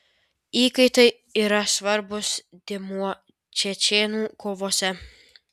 įkaitai yra svarbus dėmuo čečėnų kovose